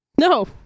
No